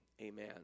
amen